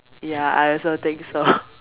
ya I also think so